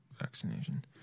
vaccination